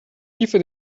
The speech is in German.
tiefe